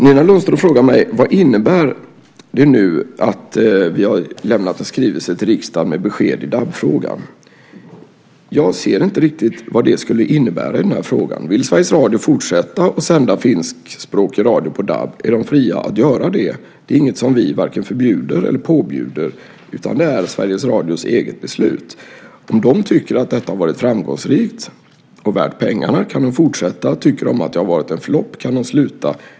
Nina Lundström frågar mig: Vad innebär det nu att regeringen har lämnat en skrivelse till riksdagen med besked i DAB-frågan? Jag ser inte riktigt vad det skulle innebära i den här frågan. Vill Sveriges Radio fortsätta att sända finskspråkig radio på DAB är de fria att göra att göra det. Det är inget som vi varken förbjuder eller påbjuder, utan det är Sveriges Radios eget beslut. Om de tycker att detta har varit framgångsrikt och värt pengarna kan de fortsätta; tycker de att det har varit en flopp kan de sluta.